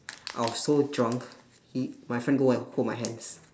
I was so drunk he my friend go and hold my hands